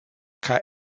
kaj